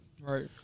Right